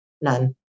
None